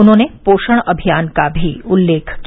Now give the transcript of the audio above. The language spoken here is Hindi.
उन्होंने पोषण अभियान का भी उल्लेख किया